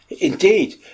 Indeed